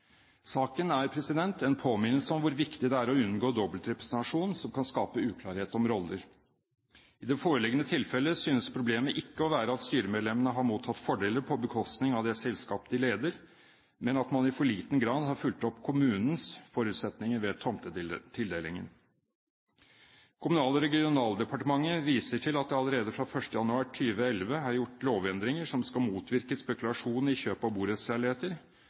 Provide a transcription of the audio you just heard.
Saken er en påminnelse om hvor viktig det er å unngå dobbeltrepresentasjon som kan skape uklarhet om roller. I det foreliggende tilfellet synes problemet ikke å være at styremedlemmene har mottatt fordeler på bekostning av det selskap de leder, men at man i for liten grad har fulgt opp kommunens forutsetninger ved tomtetildelingen. Kommunal- og regionaldepartementet viser til at det allerede fra 1. januar 2011 er gjort lovendringer som skal motvirke spekulasjon i kjøp av